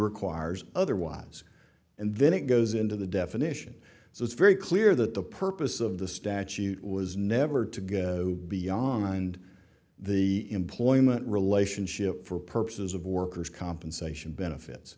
requires otherwise and then it goes into the definition so it's very clear that the purpose of the statute was never to go beyond the employment relationship for purposes of workers compensation benefits